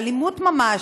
אלימות ממש.